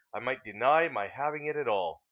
i might deny my having it at all,